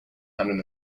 hundred